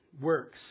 works